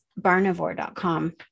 barnivore.com